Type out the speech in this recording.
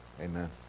Amen